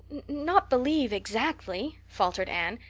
not believe exactly, faltered anne.